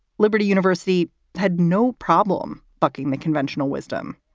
liberty university had no problem bucking the conventional wisdom.